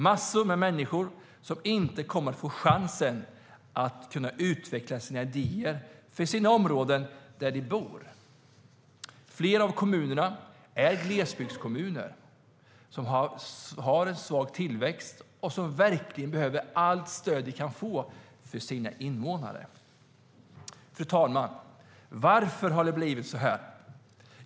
Massor av människor kommer inte att få chansen att utveckla sina idéer för de områden där de bor. Flera av kommunerna är glesbygdskommuner med svag tillväxt, och de behöver verkligen allt stöd de kan få för sina invånare. Fru talman! Varför har det blivit så?